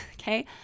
okay